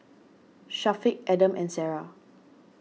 Syafiq Adam and Sarah